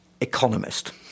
economist